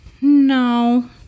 No